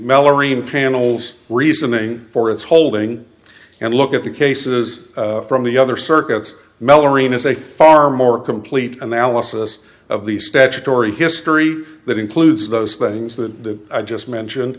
arena panels reasoning for its holding and look at the cases from the other circuits mel arenas a far more complete analysis of the statutory history that includes those things that i just mentioned